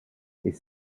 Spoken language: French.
est